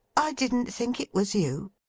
i didn't think it was you